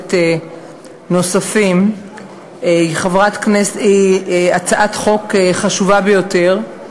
כנסת נוספים היא הצעת חוק חשובה ביותר,